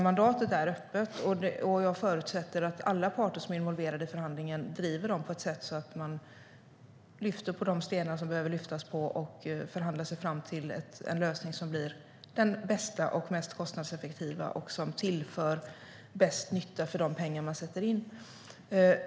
Mandatet är öppet, och jag förutsätter att alla parter som är involverade i förhandlingen driver dem på ett sådant sätt att man lyfter på de stenar som behöver lyftas på och förhandlar sig fram till en lösning som blir den bästa och mest kostnadseffektiva och som tillför störst nytta för de pengar som satsas.